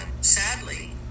sadly